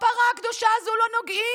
בפרה הקדושה הזו לא נוגעים.